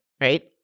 Right